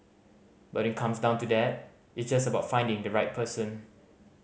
but when it comes to that it's just about finding the right person